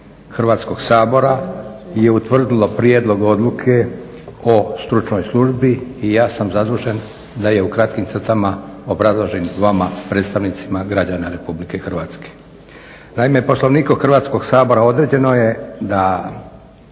Hrvatskog sabora je utvrdilo Prijedlog odluke o stručnoj službi i ja sam zadužen da je u kratkim crtama obrazložim vama predstavnicima građana Republike Hrvatske. Naime, Poslovnikom Hrvatskog sabora određeno je da